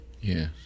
Yes